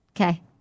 Okay